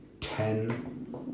ten